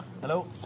Hello